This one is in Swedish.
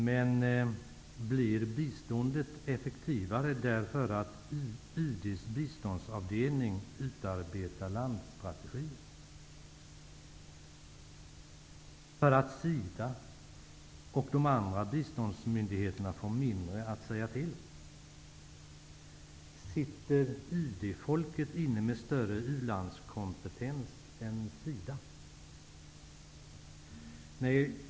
Men blir biståndet effektivare därför att UD:s biståndsavdelning utarbetar landstrategier eller för att SIDA och de andra biståndsmyndigheterna får mindre att säga till om? Sitter UD-folket inne med större u-landskompetens än SIDA?